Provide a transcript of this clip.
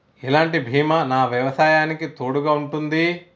ఎలాంటి బీమా నా వ్యవసాయానికి తోడుగా ఉంటుంది?